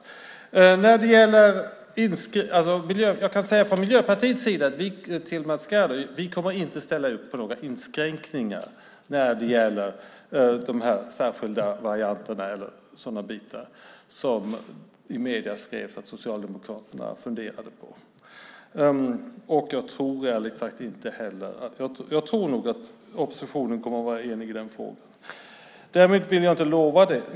Från Miljöpartiets sida kan jag säga till Mats Gerdau att vi inte kommer att ställa upp på några inskränkningar när det gäller de särskilda varianterna eller andra sådana bitar som det har skrivits i medierna att Socialdemokraterna funderar på. Jag tror ärligt sagt att oppositionen kommer att vara enig i den frågan, men därmed vill jag inte lova det.